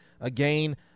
again